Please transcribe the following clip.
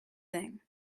thing